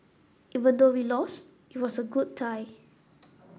even though we lost it was a good tie